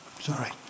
Sorry